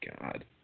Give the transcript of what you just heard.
God